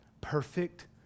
Perfect